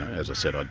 as i said,